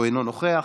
או אינו נוכח,